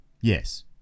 Yes